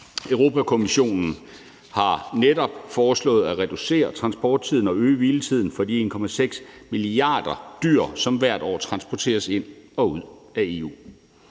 Europa-Kommissionen har netop foreslået at reducere transporttiden og øge hviletiden for de 1,6 milliarder dyr, som hvert år transporteres ind og ud af EU.